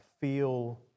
feel